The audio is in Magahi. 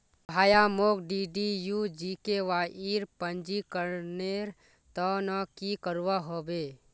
भाया, मोक डीडीयू जीकेवाईर पंजीकरनेर त न की करवा ह बे